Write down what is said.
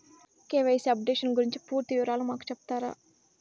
KYC updation గురించి పూర్తి వివరాలు మాకు సెప్తారా?